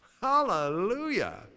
hallelujah